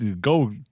go